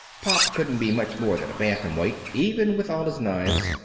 pop couldn't be much more than a bantamweight, even with all his knives.